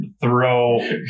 throw